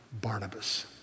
Barnabas